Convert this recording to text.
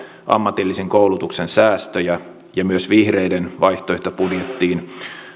ammatillisen koulutuksen säästöjä ja myös vihreiden vaihtoehtobudjettiin